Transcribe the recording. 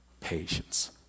patience